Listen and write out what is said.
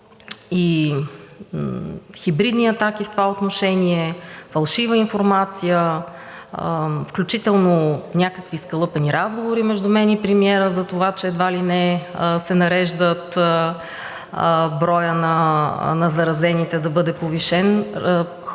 хибридни атаки в това отношение – фалшива информация, включително някакви скалъпени разговори между мен и премиера за това, че едва ли не се нарежда броят на заразените да бъде повишен. Хората